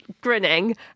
grinning